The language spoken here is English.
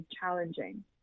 challenging